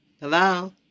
Hello